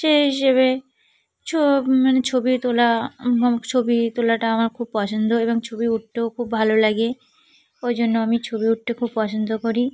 সেই হিসেবে মানে ছবি তোলা ছবি তোলাটা আমার খুব পছন্দ এবং ছবি উঠতেও খুব ভালো লাগে ওই জন্য আমি ছবি উঠতে খুব পছন্দ করি